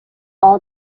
all